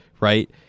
right